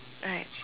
right